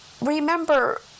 remember